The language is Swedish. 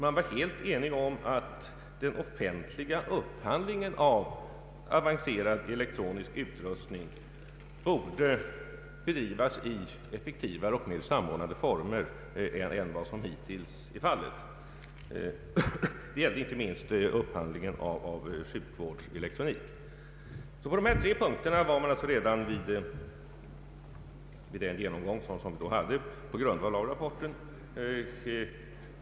Man var helt enig om att den offentliga upphandlingen av avancerad elektronisk utrustning borde bedrivas i effektivare och mera samordnade former än hittills har varit fallet. Detta gäller inte minst upphandlingen av sjukvårdselektronik. På dessa tre punkter var man alltså enig redan vid den genomgång som då skedde på grundval av rapporten.